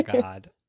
God